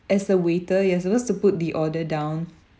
as a waiter you're supposed to put the order down